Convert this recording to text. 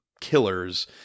killers